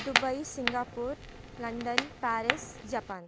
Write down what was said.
Dubai Singapore London Paris Japan